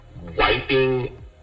wiping